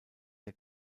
der